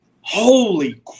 holy